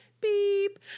beep